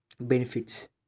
benefits